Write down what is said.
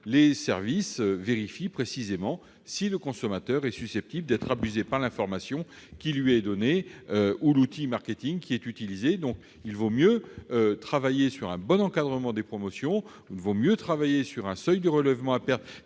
les services vérifient précisément si le consommateur est susceptible d'être abusé par l'information qui lui est donnée ou l'outil marketing qui est utilisé. Il vaut donc mieux travailler sur un bon encadrement des promotions, sur un relèvement du seuil de vente à perte